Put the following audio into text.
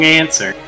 answer